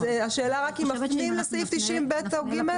השאלה אם מפנים לסעיף 90(ב) או (ג).